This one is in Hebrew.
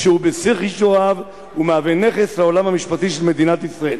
כשהוא בשיא כישוריו ומהווה נכס לעולם המשפטי של מדינת ישראל.